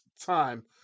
time